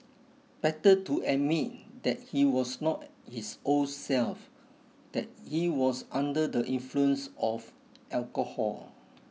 better to admit that he was not his old self that he was under the influence of alcohol